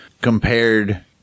compared